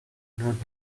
not